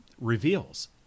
reveals